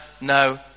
no